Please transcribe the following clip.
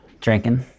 Drinking